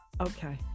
Okay